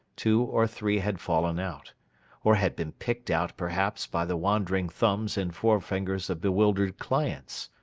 two or three had fallen out or had been picked out, perhaps, by the wandering thumbs and forefingers of bewildered clients.